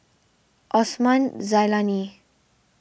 Osman Zailani